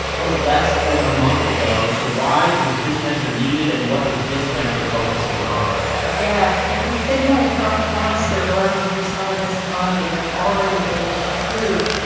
that was less than a month ago. so why is this measure needed, and what is this measure focusing on? yes. it's a signal of how fast they're burning through some of this money that's already been approved.